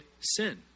sin